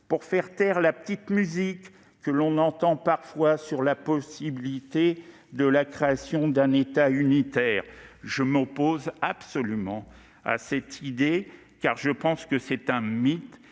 pour faire taire la petite musique, que l'on entend parfois, sur la possibilité de la création d'un État unitaire. Je m'oppose absolument à une telle idée, car je pense qu'elle relève du mythe